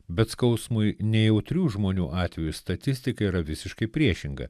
bet skausmui nejautrių žmonių atveju statistika yra visiškai priešinga